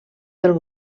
del